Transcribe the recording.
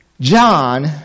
John